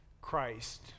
Christ